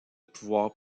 pouvoirs